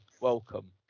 welcome